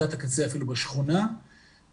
פנה לחברי פרלמנט,